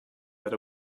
that